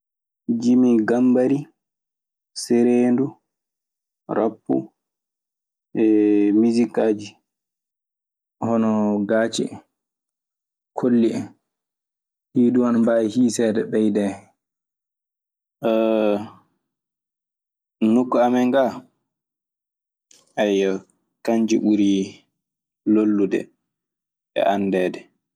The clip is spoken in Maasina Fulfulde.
Jimi gambari, ceredu, rapu, hee misikaji. Hono gaaci en, kolli en. Ɗii duu ana mbaawi hiiseede ɓeydee hen. nokku am ga, eyyo kanji ɓuri lollude e anndeede.